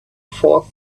fourth